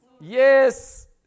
yes